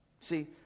See